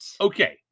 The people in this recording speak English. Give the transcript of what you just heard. Okay